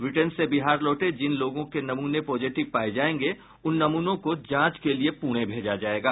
Britain से बिहार लौटे जिन लोगों के नमूने पॉजिटिव पाये जायेंगे उन नमूनों को जांच के लिए पुणे भेजा जायेगा